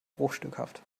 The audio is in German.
bruchstückhaft